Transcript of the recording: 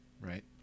right